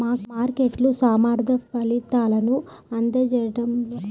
మార్కెట్లు సమర్థ ఫలితాలను అందించడంలో ఎందుకు విఫలమవుతాయో మైక్రోఎకనామిక్స్ విశ్లేషిస్తుంది